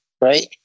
Right